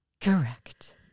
Correct